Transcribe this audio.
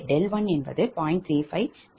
352 0